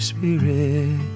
Spirit